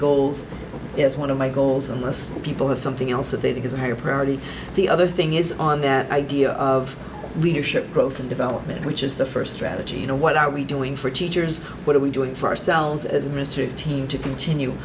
goals is one of my goals unless people have something else that they think is a higher priority the other thing is on that idea of leadership growth and development which is the first strategy you know what are we doing for teachers what are we doing for ourselves as a mystery team to continue